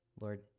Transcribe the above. Lord